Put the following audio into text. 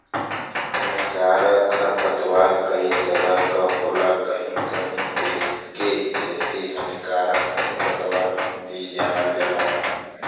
हानिकारक खरपतवार कई तरह क होला कहीं कहीं एके देसी हानिकारक खरपतवार भी जानल जाला